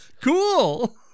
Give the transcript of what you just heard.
Cool